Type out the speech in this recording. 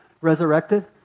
Resurrected